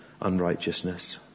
unrighteousness